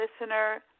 listener